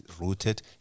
rooted